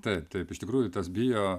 taip taip iš tikrųjų tas bio